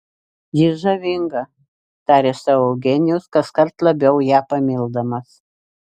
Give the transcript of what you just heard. ji žavinga tarė sau eugenijus kaskart labiau ją pamildamas